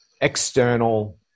external